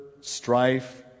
strife